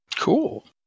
Cool